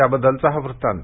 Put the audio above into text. त्याबद्दलचा हा वृत्तांत